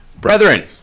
brethren